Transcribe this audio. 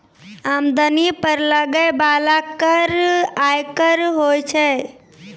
आमदनी पर लगै बाला कर आयकर होय छै